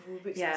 ya